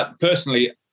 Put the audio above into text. Personally